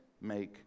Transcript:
make